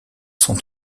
sont